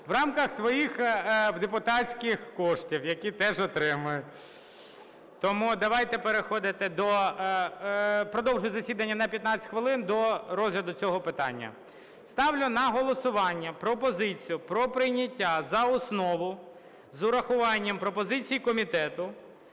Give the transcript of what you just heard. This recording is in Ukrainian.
в рамках своїх депутатських коштів, які теж отримують. Тому давайте переходити до… Продовжую засідання на 15 хвилин до розгляду цього питання. Ставлю на голосування пропозицію про прийняття за основу з урахуванням пропозиції комітету